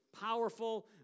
powerful